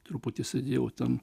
truputį sėdėjau ten